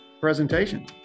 presentation